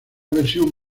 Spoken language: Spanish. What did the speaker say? versión